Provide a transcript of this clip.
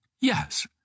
Yes